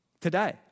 today